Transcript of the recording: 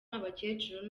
abakecuru